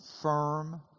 firm